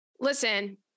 listen